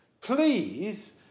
please